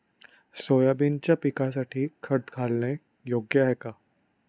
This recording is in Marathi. सोयाबीनच्या पिकासाठी खत घालणे योग्य आहे का?